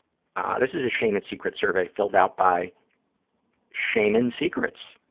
this is a shame and secrets survey filled out by shaman secrets,